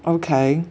okay